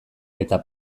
eta